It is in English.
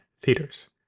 theaters